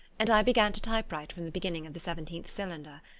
and i began to typewrite from the beginning of the seventh cylinder.